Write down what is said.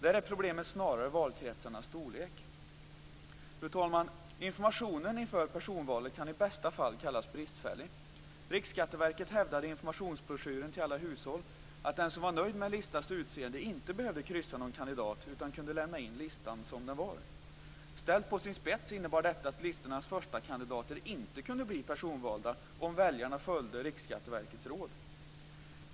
Där är problemet snarare valkretsarnas storlek. Fru talman! Informationen inför personvalet kan i bästa fall kallas bristfällig. Riksskatteverket hävdade i informationsbroschyren till alla hushåll att den som var nöjd med en listas utseende inte behövde kryssa för någon kandidat utan kunde lämna in listan som den var. Ställt på sin spets innebar detta att listornas förstakandidater inte kunde bli personvalda om väljarna följde Riksskatteverkets råd.